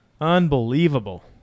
Unbelievable